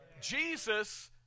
Jesus